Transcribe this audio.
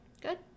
Good